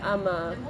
I'm a